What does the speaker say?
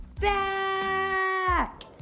back